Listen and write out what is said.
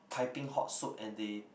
piping hot soup and they